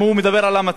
אם הוא מדבר על המצפון.